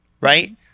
right